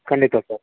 ಖಂಡಿತ ಸರ್